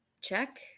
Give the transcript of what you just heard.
check